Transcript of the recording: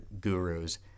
gurus